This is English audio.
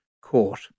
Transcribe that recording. court